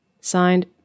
Signed